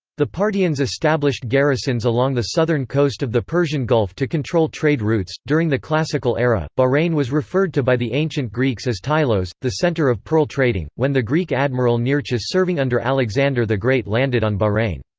the parthians established garrisons along the southern coast of the persian gulf to control trade routes during the classical era, bahrain was referred to by the ancient greeks as tylos, the centre of pearl trading, when the greek admiral nearchus serving under alexander the great landed on bahrain.